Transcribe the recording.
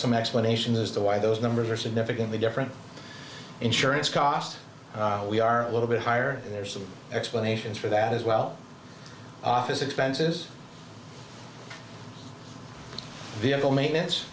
some explanation as to why those numbers are significantly different insurance costs we are a little bit higher there are some explanations for that as well office expenses vehicle maintenance